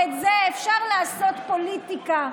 אפשר לעשות פוליטיקה,